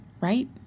right